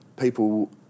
people